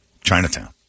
Chinatown